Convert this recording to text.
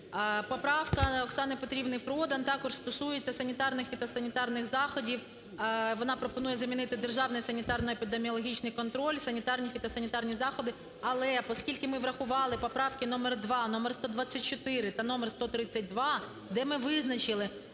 Поправка Оксани Петрівни Продан також стосується санітарних, фітосанітарних заходів, вона пропонує замінити державний санітарно-епідеміологічний контроль, санітарні, фітосанітарні заходи. Але поскільки ми врахували поправки номер 2, номер 124 та номер 132, де ми визначили,